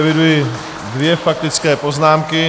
Eviduji dvě faktické poznámky.